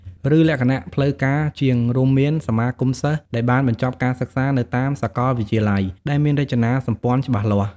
ឬលក្ខណៈផ្លូវការជាង រួមមាន សមាគមសិស្សដែលបានបញ្ចប់ការសិក្សានៅតាមសកលវិទ្យាល័យ ដែលមានរចនាសម្ព័ន្ធច្បាស់លាស់។